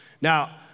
Now